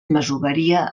masoveria